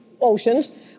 oceans